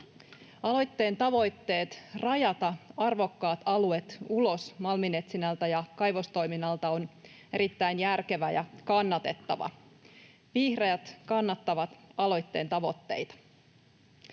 Aloitteen tavoitteet rajata arvokkaat alueet ulos malminetsinnästä ja kaivostoiminnasta ovat erittäin järkeviä ja kannatettavia. Vihreät kannattavat aloitteen tavoitteita.